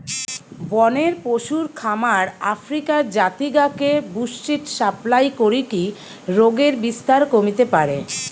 বনের পশুর খামার আফ্রিকার জাতি গা কে বুশ্মিট সাপ্লাই করিকি রোগের বিস্তার কমিতে পারে